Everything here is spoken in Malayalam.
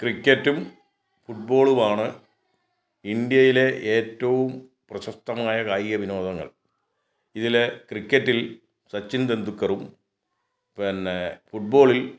ക്രിക്കറ്റും ഫുട് ബോളുമാണ് ഇന്ത്യയിലെ ഏറ്റവും പ്രശസ്തമായ കായിക വിനോദങ്ങൾ ഇതിലെ ക്രിക്കറ്റിൽ സച്ചിൻ ടെണ്ടുൽക്കറും പിന്നെ ഫുട് ബോളിൽ